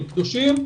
הם קדושים,